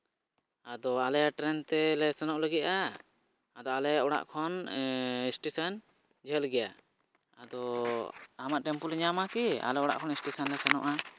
ᱟᱫᱚ ᱟᱞᱮ ᱴᱨᱮᱱᱛᱮ ᱥᱮᱱᱚᱜ ᱞᱟᱹᱜᱤᱫᱼᱟ ᱟᱫᱚ ᱟᱞᱮ ᱚᱲᱟᱜ ᱠᱷᱚᱱ ᱥᱴᱮᱥᱚᱱ ᱡᱷᱟᱹᱞ ᱜᱮᱭᱟ ᱟᱫᱚ ᱟᱢᱟᱜ ᱴᱮᱢᱯᱩ ᱞᱮ ᱧᱟᱢᱟ ᱠᱤ ᱟᱞᱮᱭᱟᱜ ᱚᱲᱟᱜ ᱠᱷᱚᱱ ᱥᱴᱮᱥᱚᱱ ᱞᱮ ᱥᱮᱱᱚᱜᱼᱟ